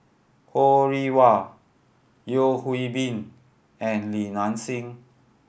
Ho Rih Hwa Yeo Hwee Bin and Li Nanxing